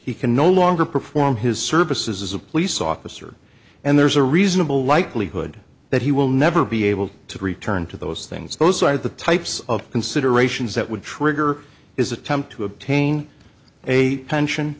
he can no longer perform his services as a police officer and there's a reasonable likelihood that he will never be able to return to those things those are the types of considerations that would trigger his attempt to obtain a pension